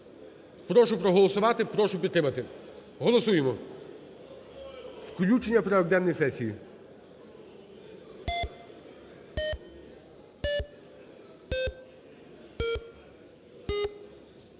Прошу проголосувати, прошу підтримати. Голосуємо. Включення в порядок денний сесії.